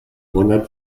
ronald